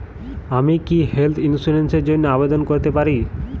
আমি কি health insurance র জন্য আবেদন করতে পারি?